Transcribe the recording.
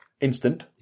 instant